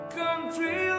country